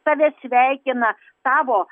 tave sveikina tavo